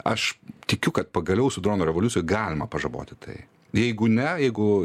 aš tikiu kad pagaliau su dronų revoliucija galima pažaboti tai jeigu ne jeigu